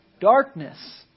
darkness